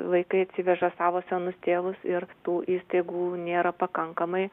vaikai atsiveža savo senus tėvus ir tų įstaigų nėra pakankamai